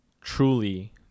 truly